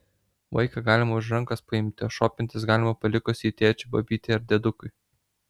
vaiką galima už rankos paimti o šopintis galima palikus jį tėčiui babytei ar diedukui